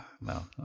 No